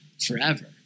forever